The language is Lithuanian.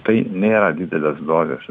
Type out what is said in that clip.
tai nėra didelės dozės